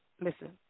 Listen